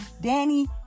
Danny